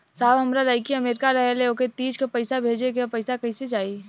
साहब हमार लईकी अमेरिका रहेले ओके तीज क पैसा भेजे के ह पैसा कईसे जाई?